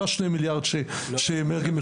לא השני מיליארד שמרגי אמר.